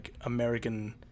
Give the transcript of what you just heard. American